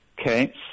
Okay